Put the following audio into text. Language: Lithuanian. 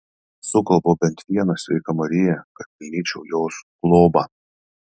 sukalbu bent vieną sveika marija kad pelnyčiau jos globą